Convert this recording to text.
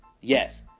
Yes